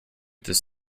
this